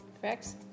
Correct